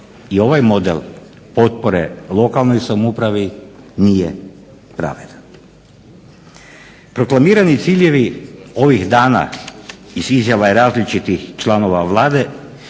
i ovaj model potpore lokalnoj samoupravi nije pravedan. Proklamirani ciljevi ovih dana iz izjava različitih članova Vlade